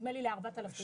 נדמה לי של-4,000 שקל.